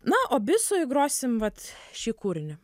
na o bisui grosim vat šį kūrinį